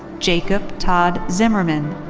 jacob todd zimmerman.